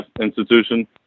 institution